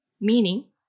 meaning